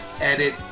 edit